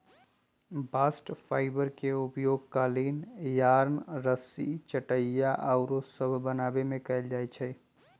bast fibre के उपयोग कालीन, यार्न, रस्सी, चटाइया आउरो सभ बनाबे में कएल जाइ छइ